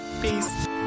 peace